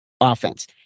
offense